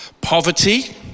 Poverty